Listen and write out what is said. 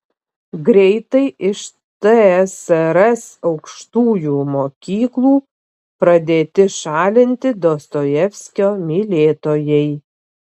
greitai iš tsrs aukštųjų mokyklų pradėti šalinti dostojevskio mylėtojai